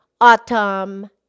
autumn